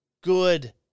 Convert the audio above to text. good